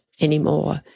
anymore